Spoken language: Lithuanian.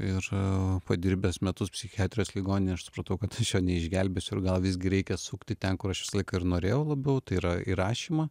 ir padirbęs metus psichiatrijos ligoninėj aš supratau kad aš jo neišgelbėsiu ir gal visgi reikia sukti ten kur aš visą laiką ir norėjau labiau tai yra į rašymą